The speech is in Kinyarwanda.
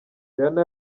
rihanna